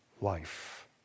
life